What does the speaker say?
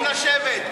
אחרונים, לשבת.